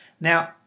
now